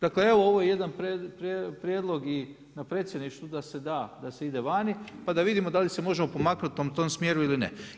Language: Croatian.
Dakle evo ovo je jedan prijedlog i na predsjedništvu da se da, da se ide vani pa da vidimo da li se možemo pomaknuti u tom smjeru ili ne.